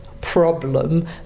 problem